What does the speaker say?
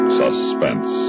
suspense